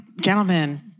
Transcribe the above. gentlemen